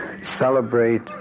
celebrate